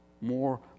more